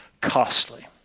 costly